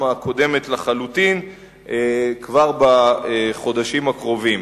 הקודמת לחלוטין כבר בחודשים הקרובים.